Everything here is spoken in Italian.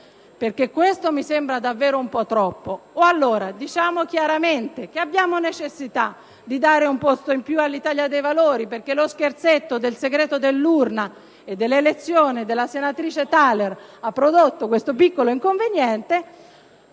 perché questo mi sembra davvero un po' troppo. Diciamo chiaramente che abbiamo la necessità di dare un posto in più all'Italia dei Valori perché lo scherzetto del segreto dell'urna e dell'elezione della senatrice Thaler ha prodotto questo piccolo inconveniente;